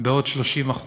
בעוד 30%,